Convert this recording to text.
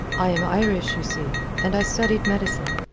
i am irish, you see, and i studied medicine.